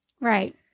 Right